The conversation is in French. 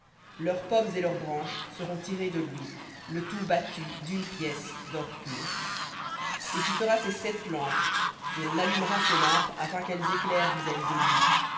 leurs pommes et leurs branches seront de lui le tout battu d'une pièce d'or pur et tu feras ses sept lampes et on allumera ses lampes afin qu'elles éclairent vis-à-vis de lui